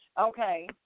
Okay